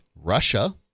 Russia